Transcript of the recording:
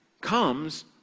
comes